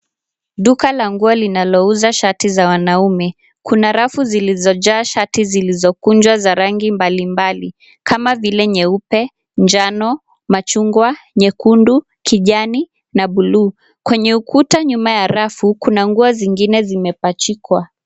Duka la nguo linalouza shati za wanaume, kuna rafu zilizojaa shati zilizokunja za rangi mbali mbali, kama vile nyeupe, njano, machungwa, nyekundu, kijani na bluu, kwenye ukuta nyuma ya rafu kuna nguo zingine zimepachikwa.